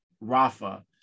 Rafa